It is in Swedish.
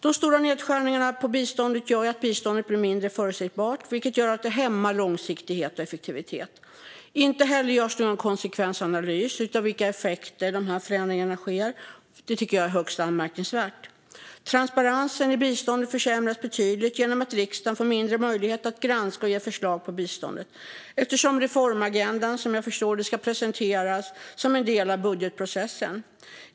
De stora nedskärningarna på biståndet gör att det blir mindre förutsägbart, vilket hämmar långsiktighet och effektivitet. Inte heller görs det någon konsekvensanalys av vilka effekter de här förändringarna ger. Det tycker jag är högst anmärkningsvärt. Transparensen i biståndet försämras betydligt genom att riksdagen får mindre möjlighet att granska och ge förslag om biståndet, eftersom reformagendan som jag förstår det ska presenteras som en del av budgetprocessen.